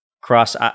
cross